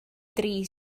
dri